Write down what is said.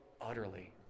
utterly